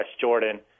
Jordan